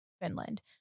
Finland